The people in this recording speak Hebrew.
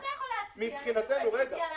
אז אתה יכול להצביע, להגיש רביזיה,